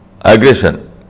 aggression